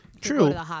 True